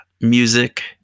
music